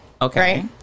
Okay